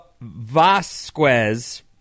Vasquez